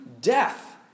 death